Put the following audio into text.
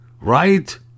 right